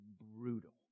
brutal